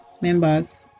members